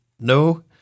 no